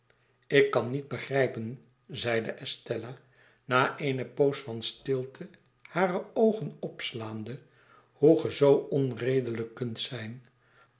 ik kan niet begrijpen zeide estella na eene poos van stilte hare oogen opslaande hoe ge zoo onredelijk kunt zijn